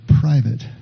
private